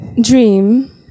Dream